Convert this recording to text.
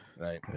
Right